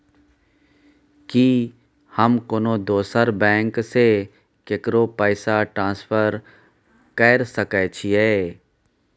की हम कोनो दोसर बैंक से केकरो पैसा ट्रांसफर कैर सकय छियै?